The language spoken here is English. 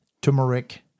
turmeric